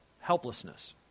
helplessness